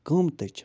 قۭمتٕچ